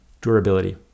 Durability